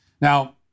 Now